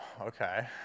okay